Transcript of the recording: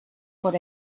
por